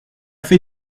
fait